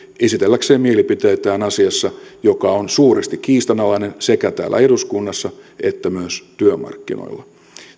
esitelläkseen mielipiteitään asiassa joka on suuresti kiistanalainen sekä täällä eduskunnassa että työmarkkinoilla